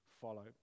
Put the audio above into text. follow